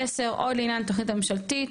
עוד לעניין תכנית הממשלתית,